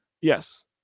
Yes